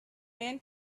man